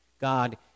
God